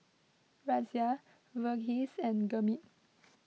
Razia Verghese and Gurmeet